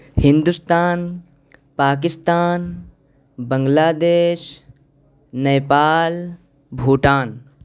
Hindustan Pakistan Bangladesh Nepal Bhutan